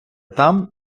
там